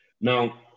Now